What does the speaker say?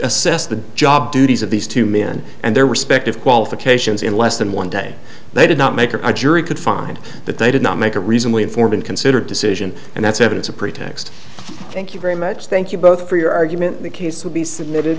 assess the job duties of these two men and their respective qualifications in less than one day they did not make a jury could find that they did not make a reasonably informed and considered decision and that's evidence of pretext thank you very much thank you both for your argument the case will be submitted